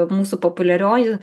mūsų populiarioji